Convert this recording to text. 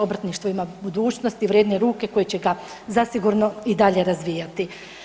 Obrtništvo ima budućnost i vrijedne ruke koje će ga zasigurno i dalje razvijati.